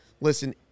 Listen